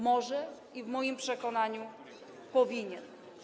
Może i w moim przekonaniu powinien.